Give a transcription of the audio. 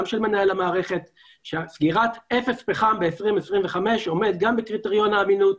גם של מנהל המערכת על כך שאפס פחם ב-2025 עומד גם בקריטריון האמינות,